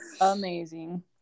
amazing